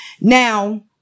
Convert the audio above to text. Now